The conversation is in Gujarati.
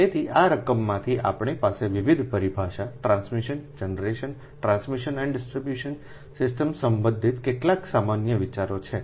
તેથી આ રકમમાંથી આપણી પાસે વિવિધ પરિભાષા ટ્રાન્સમિશન જનરેશન ટ્રાન્સમિશન અને ડિસ્ટ્રિબ્યુશન સિસ્ટમ્સ સંબંધિત કેટલાક સામાન્ય વિચારો છે